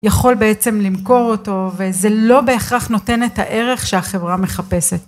יכול בעצם למכור אותו וזה לא בהכרח נותן את הערך שהחברה מחפשת.